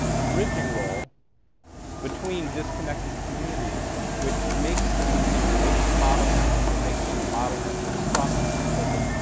a bridging role between disconnected communities which makes them an information bottleneck, it makes them a bottleneck for trust and so forth.